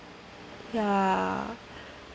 ya